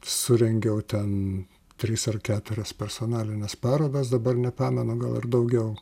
surengiau ten trys ar keturias personalines parodas dabar nepamenu gal ir daugiau